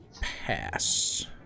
pass